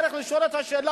צריך לשאול את השאלה,